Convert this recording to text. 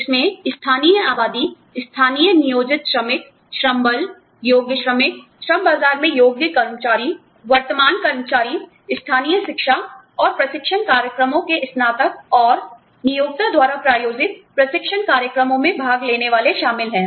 इसमें स्थानीय आबादी स्थानीय नियोजित श्रमिक श्रम बल योग्य श्रमिक श्रम बाजार में योग्य कर्मचारी वर्तमान कर्मचारी स्थानीय शिक्षा और प्रशिक्षण कार्यक्रमों के स्नातक और नियोक्ता द्वारा प्रायोजित प्रशिक्षण कार्यक्रमों में भाग लेने वाले शामिल हैं